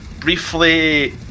briefly